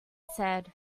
said